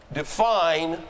define